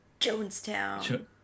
jonestown